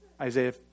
Isaiah